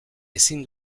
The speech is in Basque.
ezin